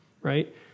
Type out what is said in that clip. right